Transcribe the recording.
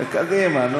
לא נגמר בקדימה, בקדימה.